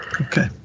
Okay